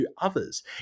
others